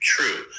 True